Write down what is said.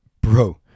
Bro